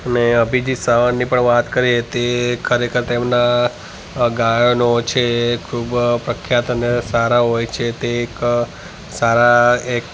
અને અભિજિત સાવંતની પણ વાત કરીએ તે ખરેખર તેમના ગાયનો છે તે ખૂબ પ્રખ્યાત અને સારા હોય છે તે એક સારા એક